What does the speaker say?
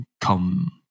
come